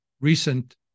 recent